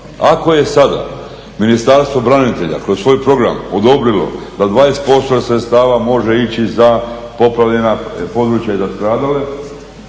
Ako je sada Ministarstvo branitelja kroz svoj program odobrilo da 20% sredstva može ići za poplavljena područja i za stradale,